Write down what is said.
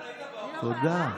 איתן, היית באופוזיציה בכנסת הקודמת?